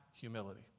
humility